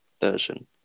version